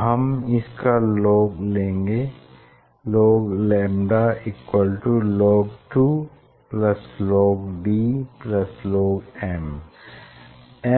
हम इसका लोग लेंगे logλ log2 log d log m